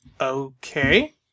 okay